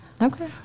Okay